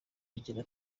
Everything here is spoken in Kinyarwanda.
igira